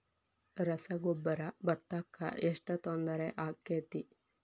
ರಸಗೊಬ್ಬರ, ಭತ್ತಕ್ಕ ಎಷ್ಟ ತೊಂದರೆ ಆಕ್ಕೆತಿ?